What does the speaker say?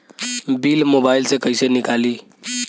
Bill mobile से कईसे निकाली?